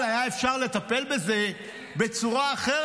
היה אפשר לטפל בזה בצורה אחרת,